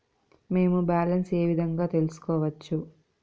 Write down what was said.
మేము బ్యాలెన్స్ ఏ విధంగా తెలుసుకోవచ్చు?